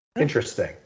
interesting